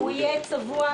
הוא יהיה צבוע?